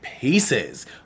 pieces